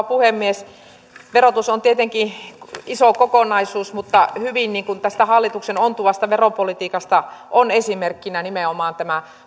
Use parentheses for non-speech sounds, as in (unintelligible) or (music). (unintelligible) puhemies verotus on tietenkin iso kokonaisuus mutta tästä hallituksen hyvin ontuvasta veropolitiikasta on esimerkkinä nimenomaan tämä